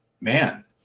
man